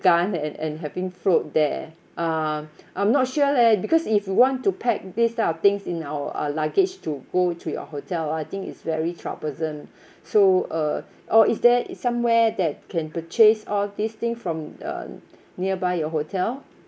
gun and and having float there um I'm not sure leh because if we want to pack this type of things in our uh luggage to go to your hotel ah I think is very troublesome so uh or is there somewhere that can purchase all these thing from uh nearby your hotel